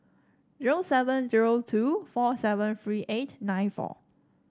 zero seven zero two four seven three eight nine four